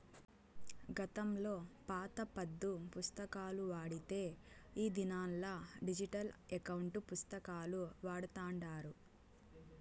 గతంలో పాత పద్దు పుస్తకాలు వాడితే ఈ దినంలా డిజిటల్ ఎకౌంటు పుస్తకాలు వాడతాండారు